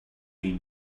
been